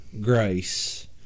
grace